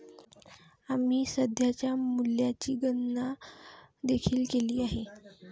आम्ही सध्याच्या मूल्याची गणना देखील केली आहे